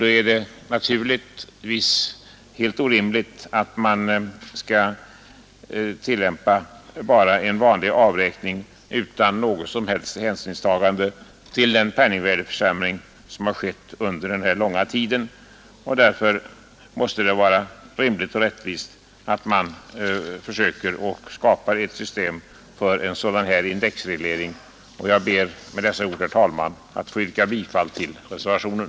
Det är naturligtvis i sådana fall helt orimligt att göra en vanlig avräkning Nr 67 utan något som helst hänsynstagande till den penningvärdeförsämring Onsdagen den som skett under denna långa tid. Det måste därför vara rimligt att man 26 april 1972 försöker skapa ett system för indexreglering. — Herr talman! Med dessa ord ber jag att få yrka bifall till reservationen.